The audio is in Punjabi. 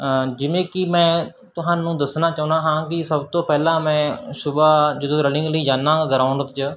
ਜਿਵੇਂ ਕਿ ਮੈਂ ਤੁਹਾਨੂੰ ਦੱਸਣਾ ਚਾਹੁੰਦਾ ਹਾਂ ਕਿ ਸਭ ਤੋਂ ਪਹਿਲਾਂ ਮੈਂ ਸੁਬਾਹ ਜਦੋਂ ਰਨਿੰਗ ਲਈ ਜਾਂਦਾ ਹਾਂ ਗਰਾਉਂਡ 'ਚ